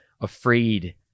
afraid